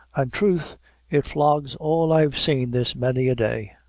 an' truth it flogs all i've seen this many a day.